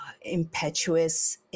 impetuous